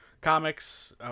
comics